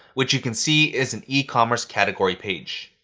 which you can see is an ecommerce category page.